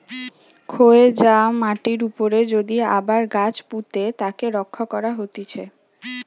ক্ষয় যায়া মাটির উপরে যদি আবার গাছ পুঁতে তাকে রক্ষা করা হতিছে